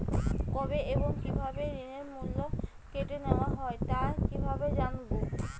কবে এবং কিভাবে ঋণের মূল্য কেটে নেওয়া হয় তা কিভাবে জানবো?